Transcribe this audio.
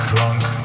Drunk